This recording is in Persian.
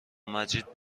مجید